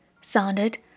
sounded